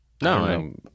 No